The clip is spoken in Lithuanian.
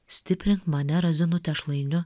stiprink mane razinų tešlainiu